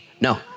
No